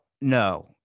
no